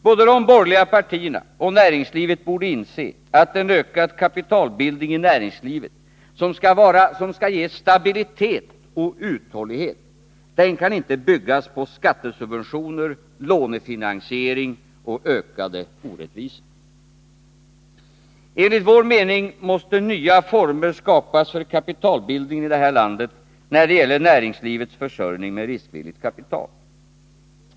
Både de borgerliga partierna och näringslivet borde inse att en ökad kapitalbildning i näringslivet, som skall ge stabilitet och uthållighet, inte kan byggas på skattesubventioner, lånefinansiering och ökade orättvisor. Enligt vår mening måste nya former skapas för kapitalbildningen i det här landet när det gäller näringslivets försörjning med riskvilligt kapital.